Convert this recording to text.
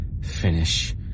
Finish